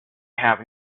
have